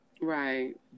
right